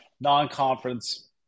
non-conference